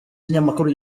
kinyamakuru